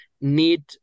need